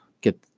get